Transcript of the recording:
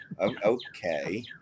okay